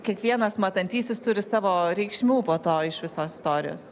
kiekvienas matantysis turi savo reikšmių po to iš visos istorijos